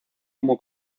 como